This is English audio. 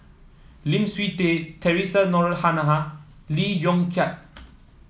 Lim Swee Say Theresa Noronha Lee Yong Kiat